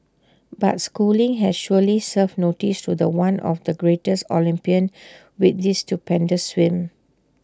but schooling has surely served notice to The One of the greatest Olympian with this stupendous swim